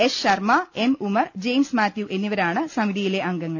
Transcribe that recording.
S Sharma M Umar James Mathew എ ന്നിവരാണ് സമിതിയിലെ അംഗങ്ങൾ